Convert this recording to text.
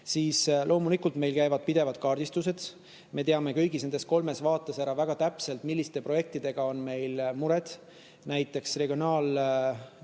Loomulikult, meil käivad pidevalt kaardistused. Me teame kõigis nendes kolmes vaates ära väga täpselt, milliste projektidega on meil mured. Näiteks regionaalvaldkonna